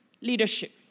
leadership